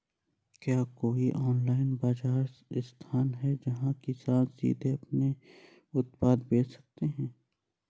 क्या कोई ऑनलाइन बाज़ार स्थान है जहाँ किसान सीधे अपने उत्पाद बेच सकते हैं?